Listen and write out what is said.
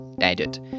edit